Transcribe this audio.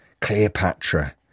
Cleopatra